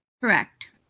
Correct